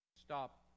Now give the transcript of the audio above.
Stop